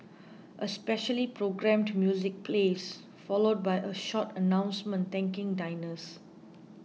a specially programmed music plays followed by a short announcement thanking diners